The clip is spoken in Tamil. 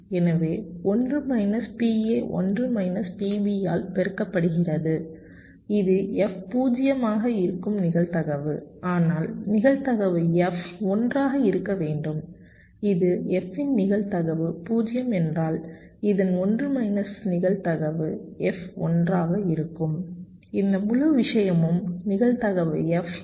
எனவே 1 மைனஸ் PA 1 மைனஸ் PBயால் பெருக்கப்படுகிறது இது f 0 வாக இருக்கும் நிகழ்தகவு ஆனால் நிகழ்தகவு f 1 ஆக இருக்க வேண்டும் இது f இன் நிகழ்தகவு 0 என்றால் இதன் 1 மைனஸ் நிகழ்தகவு f 1 ஆக இருக்கும் இந்த முழு விஷயமும் நிகழ்தகவு f 1 ஆகும்